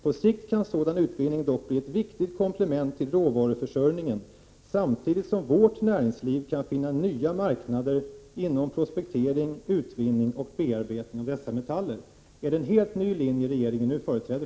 På sikt kan sådan utvinning dock bli ett viktigt komplement till råvaruförsörjningen, samtidigt som vårt näringsliv kan finna nya marknader inom prospektering, utvinning och bearbetning av dessa metaller. Är det en helt ny linje regeringen nu företräder?